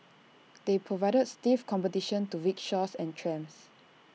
they provided stiff competition to rickshaws and trams